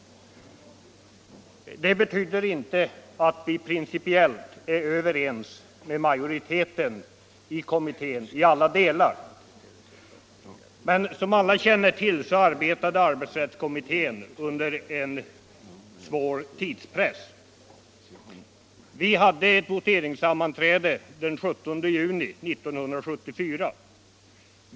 Det betyder inte att vi i alla delar är principiellt överens med majoriteten i kommittén. Men som alla känner till arbetade arbetsrättskommittén under en svår tidspress. Vi hade ett voteringssammanträde den 17 juni 1974.